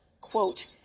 Quote